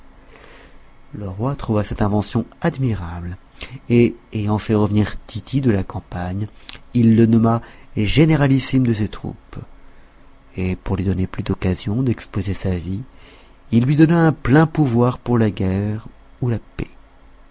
le roi trouva cette invention admirable et ayant fait revenir tity de la campagne il le nomma généralissime des troupes et pour lui donner plus d'occasions d'exposer sa vie il lui donna aussi un plein pouvoir pour la guerre ou la paix